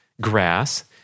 grass